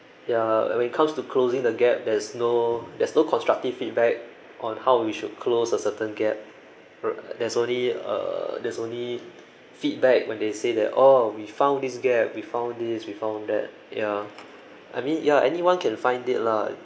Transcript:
ya but when it comes to closing the gap there's no there's no constructive feedback on how we should close a certain gap ri~ there's only err there's only feedback when they say that oh we found this gap we found this we found that ya I mean ya anyone can find it lah